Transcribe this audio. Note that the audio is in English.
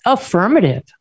Affirmative